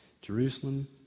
Jerusalem